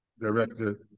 Director